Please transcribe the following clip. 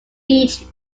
beach